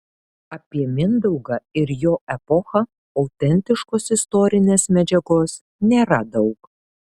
apie mindaugą ir jo epochą autentiškos istorinės medžiagos nėra daug